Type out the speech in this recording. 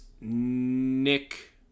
Nick